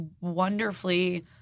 wonderfully